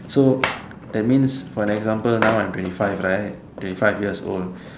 so that means for an example now I'm twenty five right twenty five years old